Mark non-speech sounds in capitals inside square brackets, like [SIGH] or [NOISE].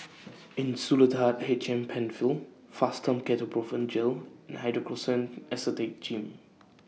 [NOISE] Insulatard H M PenFill Fastum Ketoprofen Gel and Hydrocortisone Acetate Jim